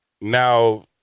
now